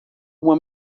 uma